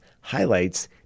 highlights